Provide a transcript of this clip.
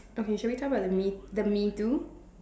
okay should we talk about the me the MeToo